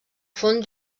font